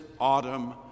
autumn